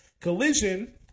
Collision